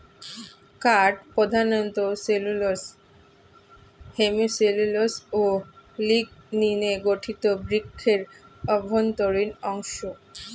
কাঠ প্রধানত cellulose, hemicellulose ও লিগনিনে গঠিত বৃক্ষের অভ্যন্তরীণ অংশ